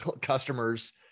customers